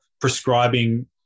prescribing